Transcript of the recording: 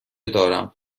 دارم